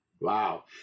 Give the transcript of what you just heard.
wow